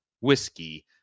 Whiskey